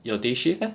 your day shift eh